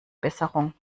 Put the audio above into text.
besserung